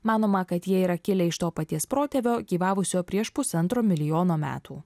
manoma kad jie yra kilę iš to paties protėvio gyvavusio prieš pusantro milijono metų